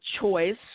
choice